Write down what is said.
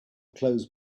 close